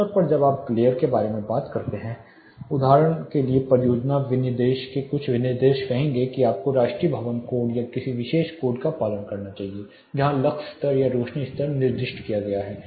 आमतौर पर जब आप ग्लेर के बारे में बात करते हैं उदाहरण के लिए परियोजना विनिर्देश के कुछ विनिर्देश कहेंगे कि आपको राष्ट्रीय भवन कोड या इस विशेष कोड का पालन करना चाहिए जहां लक्स स्तर या रोशनी स्तर निर्दिष्ट किया गया है